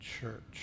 church